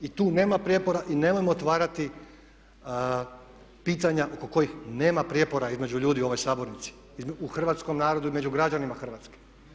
I tu nema prijepora i nemojmo otvarati pitanja oko kojih nema prijepora između ljudi u ovoj sabornici, u hrvatskom narodu i među građanima Hrvatske.